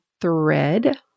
thread